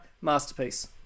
Masterpiece